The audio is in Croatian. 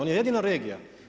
On je jedino regija.